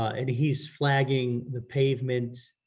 and he's flagging the pavement.